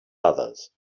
others